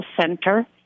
center